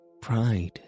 Pride